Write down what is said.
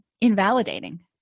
invalidating